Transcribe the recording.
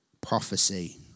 prophecy